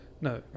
No